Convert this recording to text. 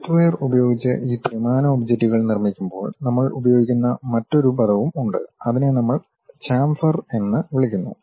software ഉപയോഗിച്ച് ഈ ത്രിമാന ഒബ്ജക്റ്റുകൾ നിർമ്മിക്കുമ്പോൾ നമ്മൾ ഉപയോഗിക്കുന്ന മറ്റൊരു പദവും ഉണ്ട് അതിനെ നമ്മൾ ചാംഫർ എന്ന് വിളിക്കുന്നു